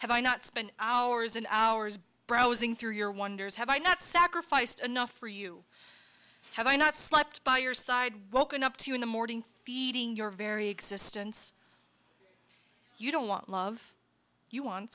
have i not spend hours and hours browsing through your wonders have i not sacrificed enough for you have i not slept by your side woken up to you in the morning feeding your very existence you don't want love you